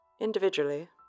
Individually